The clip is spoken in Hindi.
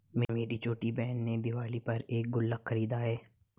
मेरी छोटी बहन ने दिवाली पर एक गुल्लक खरीदा है